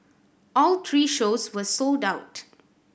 all three shows were sold out